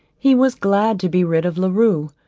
he was glad to be rid of la rue,